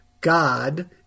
God